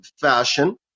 fashion